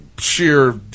Sheer